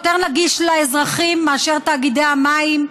יותר נגיש לאזרחים מאשר תאגידי המים,